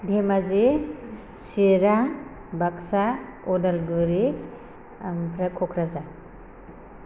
धेमाजि चिरां बाग्सा अदालगुरि आमफ्राय क'क्रझार